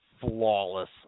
flawless